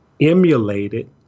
emulated